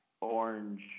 Orange